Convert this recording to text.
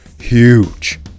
huge